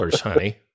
honey